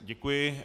Děkuji.